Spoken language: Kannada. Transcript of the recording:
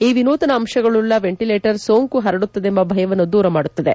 ಈ ವಿನೂತನ ಅಂಶಗಳುಳ್ಳ ವೆಂಟಿಲೇಟರ್ ಸೋಂಕು ಪರಡುತ್ತದೆಂಬ ಭಯವನ್ನು ದೂರಮಾಡುತ್ತದೆ